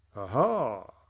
aha!